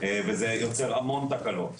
וזה יוצר המון תקלות,